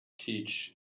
Teach